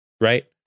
right